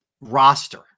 roster